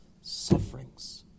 sufferings